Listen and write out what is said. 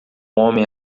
homem